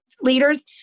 leaders